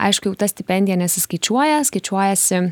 aišku jau ta stipendija nesiskaičiuoja skaičiuojasi